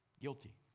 Guilty